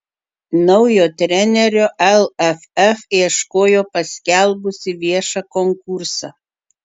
naujo trenerio lff ieškojo paskelbusi viešą konkursą